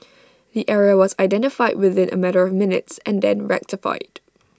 the error was identified within A matter of minutes and then rectified